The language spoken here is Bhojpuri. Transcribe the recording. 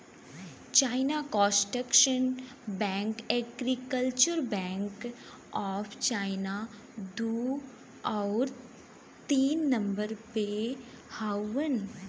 China construction bank, agriculture bank of China दू आउर तीन नम्बर पे हउवन